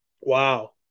wow